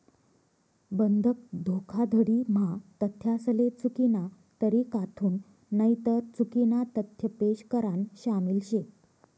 बंधक धोखाधडी म्हा तथ्यासले चुकीना तरीकाथून नईतर चुकीना तथ्य पेश करान शामिल शे